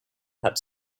had